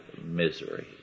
misery